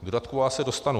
K dodatku A se dostanu.